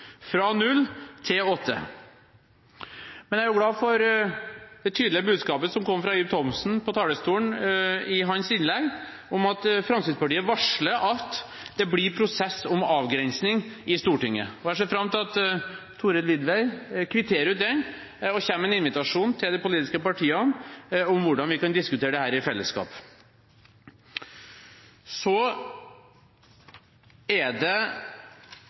fra null til åtte. Men jeg er glad for det tydelige budskapet som kom fra Ib Thomsen på talerstolen i hans innlegg, om at Fremskrittspartiet varsler at det blir prosess om avgrensning i Stortinget. Jeg ser fram til at Thorhild Widvey kvitterer ut det og kommer med en invitasjon til de politiske partiene om hvordan vi kan diskutere dette i fellesskap. Så er det